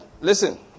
listen